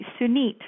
Sunit